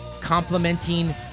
complementing